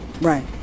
Right